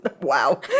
Wow